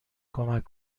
کمک